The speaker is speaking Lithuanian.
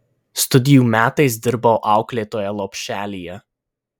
studijų metais dirbau auklėtoja lopšelyje